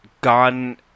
gone